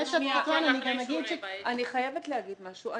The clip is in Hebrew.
אני חייבת לומר משהו.